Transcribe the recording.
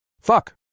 Fuck